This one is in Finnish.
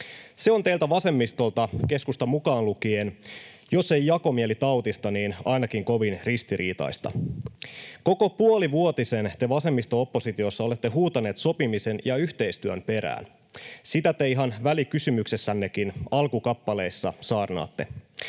Se on teiltä vasemmistolta, keskusta mukaan lukien, jos ei jakomielitautista niin ainakin kovin ristiriitaista. Koko puolivuotisen te vasemmisto-oppositiossa olette huutaneet sopimisen ja yhteistyön perään. Sitä te ihan välikysymyksessännekin alkukappaleissa saarnaatte,